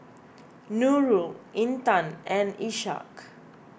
Nurul Intan and Ishak